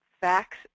facts